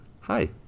Hi